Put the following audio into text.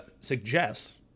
suggests